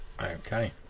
Okay